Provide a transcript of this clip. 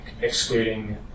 excluding